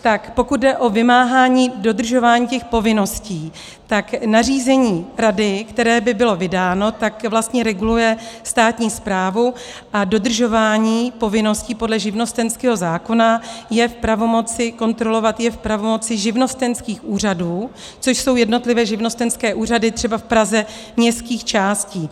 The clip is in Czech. Tak pokud jde o vymáhání dodržování těch povinností, tak nařízení rady, které by bylo vydáno, vlastně reguluje státní správu a dodržování povinností podle živnostenského zákona je v pravomoci kontrolovat, je v pravomoci živnostenských úřadů, což jsou jednotlivé živnostenské úřady třeba v Praze městských částí.